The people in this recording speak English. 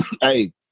Hey